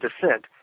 descent